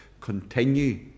continue